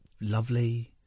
lovely